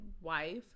wife